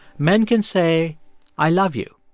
men can say i love you.